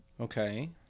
Okay